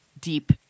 deep